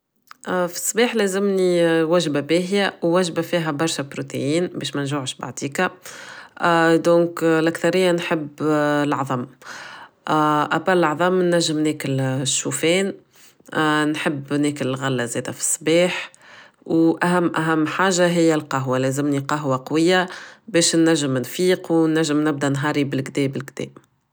في الصباح لازمني وجبة باهية ووجبة فيها برشا بروتيين باش منجوعش بعطيكا ااا دونك لأكثريا نحب العظام أبل العظام ننجم ناكل الشوفين نحب ناكل الغلة زيتها في الصباح وأهم أهم حاجة هي القهوة لازمني قهوة قوية باش ننجم نفيق وننجم نبدأ نهاري بالكده بالكده.